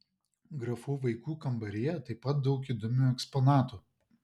grafų vaikų kambaryje taip pat daug įdomių eksponatų